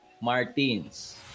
Martins